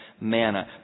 manna